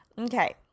Okay